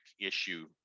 issue